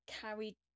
carried